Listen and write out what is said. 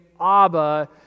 Abba